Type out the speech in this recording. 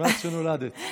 מאז שנולדת.